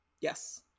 Yes